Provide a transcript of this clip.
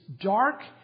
dark